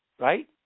right